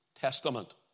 Testament